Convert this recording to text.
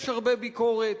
גם לי יש הרבה ביקורת,